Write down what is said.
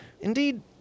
Indeed